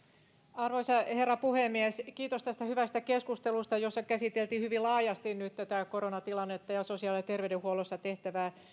arvoisa herra puhemies kiitos tästä hyvästä keskustelusta jossa käsiteltiin hyvin laajasti nyt tätä koronatilannetta ja sosiaali ja terveydenhuollossa tehtävää